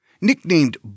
Nicknamed